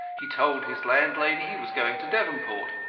he told his landlady he was going to devonport,